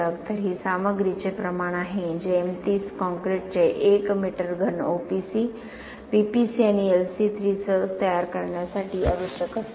तर ही सामग्रीचे प्रमाण आहे जे M30 कॉंक्रिटचे 1 मीटर घन ओपीसी पीपीसी आणि एलसी3 सह तयार करण्यासाठी आवश्यक असेल